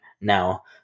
now